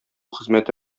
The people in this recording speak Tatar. хезмәте